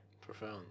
Profound